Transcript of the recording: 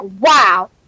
wow